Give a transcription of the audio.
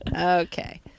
Okay